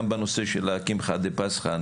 גם בנושא של להקים חגי פסחא,